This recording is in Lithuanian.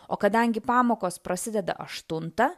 o kadangi pamokos prasideda aštuntą